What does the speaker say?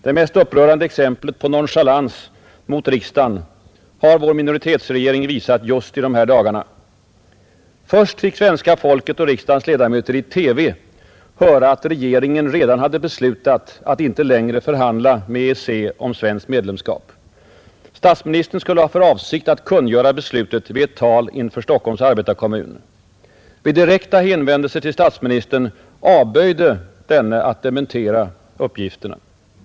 Det mest upprörande exemplet på nonchalans mot riksdagen har vår minoritetsregering visat just i dessa dagar. Först fick svenska folket och riksdagens ledamöter i TV höra att regeringen redan hade beslutat att inte längre förhandla med EEC om svenskt medlemskap. Statsministern skulle ha för avsikt att kungöra beslutet i ett tal inför Stockholms arbetarkommun. Vid direkta hänvändelser till statsministern avböjde denne att dementera uppgifterna.